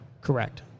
correct